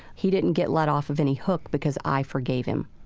he didn't get let off of any hook because i forgave him.